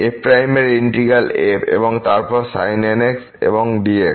f এর integral f এবং তারপর sin nx এবং dx